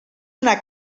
una